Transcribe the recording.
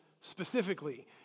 specifically